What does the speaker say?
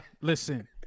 listen